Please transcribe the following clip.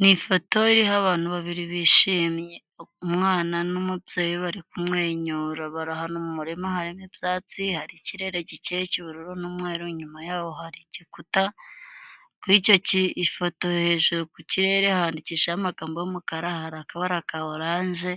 Ni ifoto iriho abantu babiri bishimye. Umwana n'umubyeyi barikumwenyura. Bari ahantu mu murima hari n'ibyatsi. Hari ikirere gikeye cy'ubururu n'umweru. Inyuma yaho hari igikuta. Kuri icyo gifoto hejuru ku kirere handikishijeho amagambo y'umukara. Hari akabara ka orange.